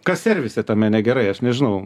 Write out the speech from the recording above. kas servise tame negerai aš nežinau